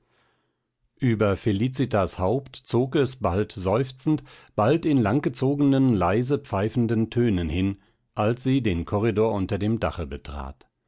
ueber felicitas haupt zog es bald seufzend bald in lang gezogenen leise pfeifenden tönen hin als sie den korridor unter dem dache betrat